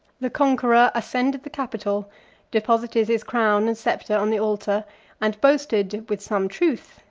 the conqueror ascended the capitol deposited his crown and sceptre on the altar and boasted, with some truth,